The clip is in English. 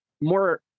more